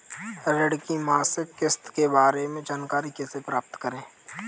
ऋण की मासिक किस्त के बारे में जानकारी कैसे प्राप्त करें?